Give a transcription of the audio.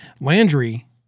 Landry